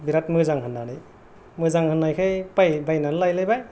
बेराथ मोजां होननानै मोजां होननायखाय बायनानै लायलायबाय